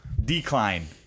decline